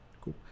Cool